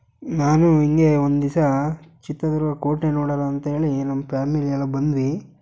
ನಾನು ಹಿಂಗೇ ಒಂದು ದಿವ್ಸ ಚಿತ್ರದುರ್ಗ ಕೋಟೆ ನೋಡಣ ಅಂತೇಳಿ ನಮ್ಮ ಪ್ಯಾಮಿಲಿ ಎಲ್ಲ ಬಂದ್ವಿ